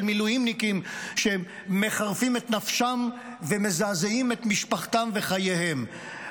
של מילואימניקים שמחרפים את נפשם ומזעזעים את משפחתם וחייהם,